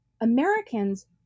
Americans